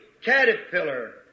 caterpillar